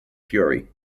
fury